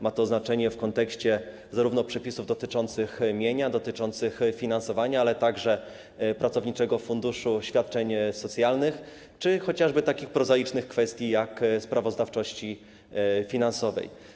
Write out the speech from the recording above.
Ma to znaczenie w kontekście przepisów dotyczących zarówno mienia, jak również finansowania, ale także pracowniczego funduszu świadczeń socjalnych czy chociażby takich prozaicznych kwestii, jak sprawozdawczość finansowa.